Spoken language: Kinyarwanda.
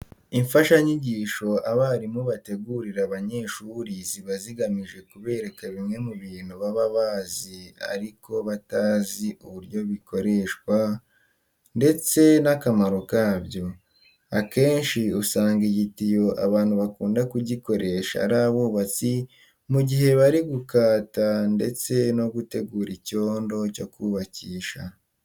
Imfashanyigisho abarimu bategurira abanyeshuri ziba zigamije kuberaka bimwe mu bintu baba bazi ariko batazi uburyo bikoreshwa ndetse n'akamaro kabyo. Akenshi usanga igitiyo abantu bakunda kugikoresha ari abubatsi mu gihe bari gukata ndetse no guterura icyondo cyo kubakisha.